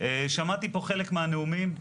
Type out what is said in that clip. שמעתי פה חלק מהנאומים.